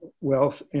wealth